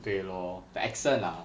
对 lor the accent lah